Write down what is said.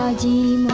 da